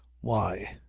why!